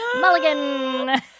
Mulligan